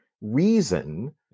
reason